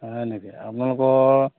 হয় নেকি আপোনালোকৰ